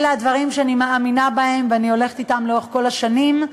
אלה הדברים שאני מאמינה בהם ואני הולכת אתם לאורך כל השנים.